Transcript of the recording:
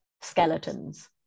skeletons